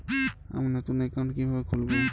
আমি নতুন অ্যাকাউন্ট কিভাবে খুলব?